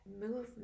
movement